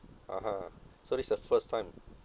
(uh huh) so this is the first time